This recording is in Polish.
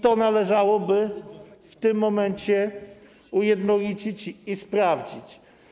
To należałoby w tym momencie ujednolicić i sprawdzić.